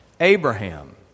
Abraham